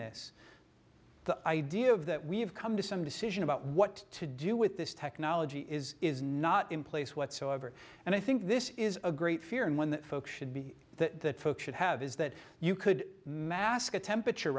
the idea of that we have come to some decision about what to do with this technology is is not in place whatsoever and i think this is a great fear and one that folks should be that should have is that you could mask a temperature